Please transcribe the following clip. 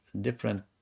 different